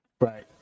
right